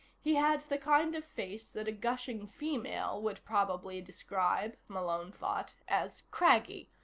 he had the kind of face that a gushing female would probably describe, malone thought, as craggy,